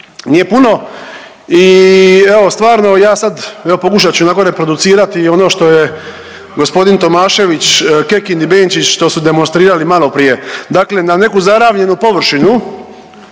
nije puno i evo stvarno ja sad evo pokušat ću onako reproducirati ono što je g. Tomašević, Kekin i Benčić što su demonstrirali maloprije. Dakle na neku zaravljenju površinu